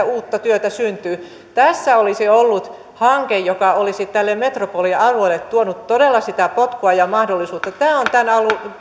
uutta työtä syntyy tässä olisi ollut hanke joka olisi tälle metropolialueelle tuonut todella sitä potkua ja mahdollisuutta tämä on tämän